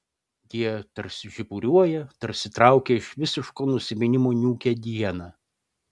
jie tarsi žiburiuoja tarsi traukia iš visiško nusiminimo niūkią dieną